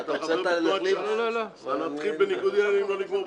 אם נתחיל בניגודי עניינים לא נגמור בחיים.